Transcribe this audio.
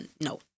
No